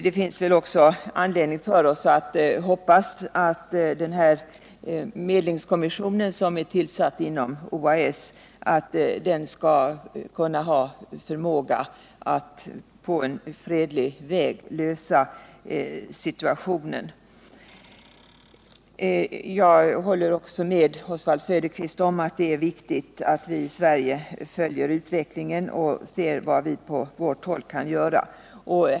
Det finns väl också anledning för oss att hoppas att den medlingskommission som är tillsatt inom OAS skall ha förmåga att på en fredlig väg bemästra situationen. Jag håller också med Oswald Söderqvist om att det är viktigt att vi i Sverige följer utvecklingen och ser vad vi från vårt håll kan göra.